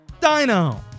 Dino